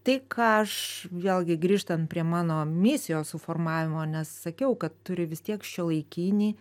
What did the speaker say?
tai ką aš vėlgi grįžtant prie mano misijos suformavimo nes sakiau kad turi vis tiek šiuolaikinį